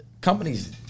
Companies